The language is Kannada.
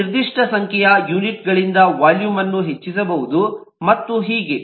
ನೀವು ನಿರ್ದಿಷ್ಟ ಸಂಖ್ಯೆಯ ಯೂನಿಟ್ಗಳಿಂದ ವಾಲ್ಯೂಮ್ ಅನ್ನು ಹೆಚ್ಚಿಸಬಹುದು ಮತ್ತು ಹೀಗೆ